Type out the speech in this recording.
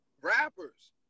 rappers